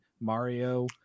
Mario